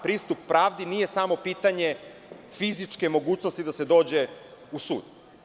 Pristup pravdi nije samo pitanje fizičke mogućnosti da se dođe u sud.